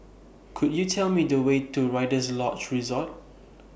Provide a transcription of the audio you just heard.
Could YOU Tell Me The Way to Rider's Lodge Resort